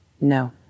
No